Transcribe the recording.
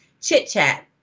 chit-chat